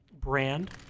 brand